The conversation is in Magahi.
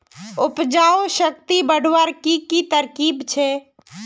उपजाऊ शक्ति बढ़वार की की तरकीब छे?